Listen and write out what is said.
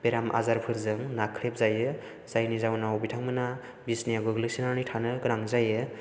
बेराम आजारफोरजों नाख्रेबजायो जायनि जाहोनाव बिथांमोना बिसनायाव गोग्लैसोनानै थानो गोनां जायो